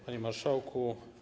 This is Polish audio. Panie Marszałku!